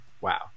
Wow